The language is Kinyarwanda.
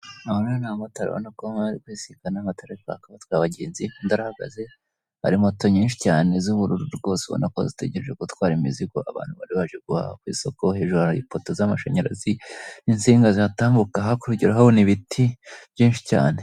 Aba rero naba motari ubona ko babisikana na matara arikwaka, batwaye abagenzi .Undi arahagaze hari moto nyinshi cyane z'ubururu rwose ubonako zitegereje gutwara imizigo abantu bari baje guhaha ku isoko hejuru hari ipoto z'amashanyarazi n'insinga zihatambuka ,hakurya urahabona ibiti byinshi cyane.